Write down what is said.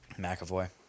McAvoy